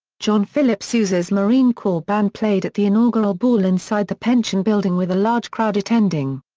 john philip sousa's marine corps band played at the inaugural ball inside the pension building with a large crowd attending.